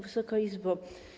Wysoka Izbo!